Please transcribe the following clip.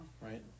Right